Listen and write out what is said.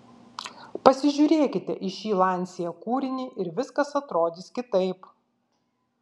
pasižiūrėkite į šį lancia kūrinį ir viskas atrodys kitaip